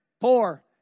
poor